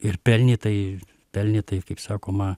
ir pelnytai pelnė taip kaip sakoma